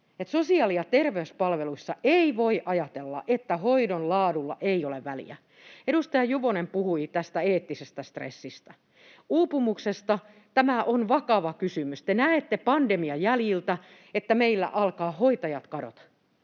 sosiaali- ja terveyspalveluissa ei voi ajatella, että hoidon laadulla ei ole väliä. Edustaja Juvonen puhui tästä eettisestä stressistä, uupumuksesta. Tämä on vakava kysymys. Te näette pandemian jäljiltä, että meillä alkaa hoitajat kadota.